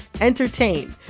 entertain